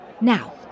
Now